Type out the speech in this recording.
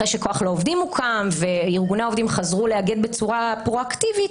אחרי ש"כוח לעובדים" הוקם וארגוני העובדים חזרו לאגד בצורה פרואקטיבית